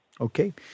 Okay